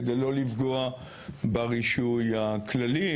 כדי לא לפגוע ברישוי הכללי,